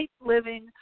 living